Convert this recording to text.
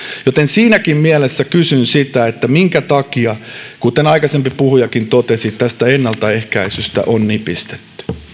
joten siinäkin mielessä kysyn sitä minkä takia kuten aikaisempi puhujakin totesi tästä ennaltaehkäisystä on nipistetty